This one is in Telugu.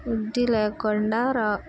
వృద్ధ లే కొండాార